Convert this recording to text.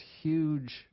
huge